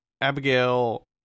Abigail